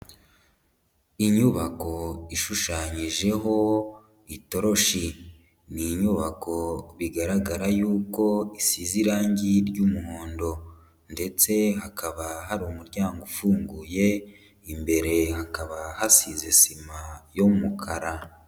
Inyubako ishushanyijeho itoroshi. Ni inyubako bigaragara yuko isize irangi ry'umuhondo ndetse hakaba hari umuryango ufunguye, imbere hakaba hasize sima y'umukara.